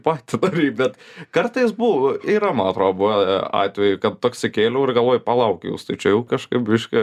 patį bet kartais buvo yra man atrodo buvę atvejų kad toks įkėliau ir galvoju palauk jaus tu čia jau kažkaip biškį